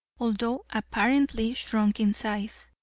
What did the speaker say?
although apparently shrunk in size,